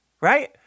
right